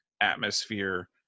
atmosphere